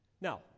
Now